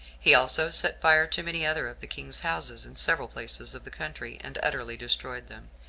he also set fire to many other of the king's houses in several places of the country, and utterly destroyed them,